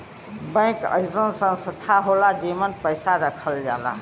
bank अइसन संस्था होला जेमन पैसा रखल जाला